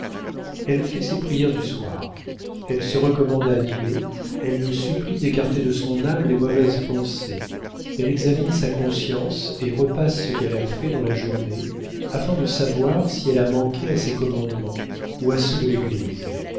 elle fait ses prières du soir elle se recommande à dieu elle le supplie d'écarter de son âme les mauvaises pensées elle examine sa conscience et repasse ce qu'elle a fait dans la journée afin de savoir si elle a manqué à ses commandements ou à ceux de l'église